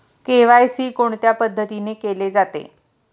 KYC कोणत्या पद्धतीने केले जाते?